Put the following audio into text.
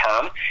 term